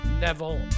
Neville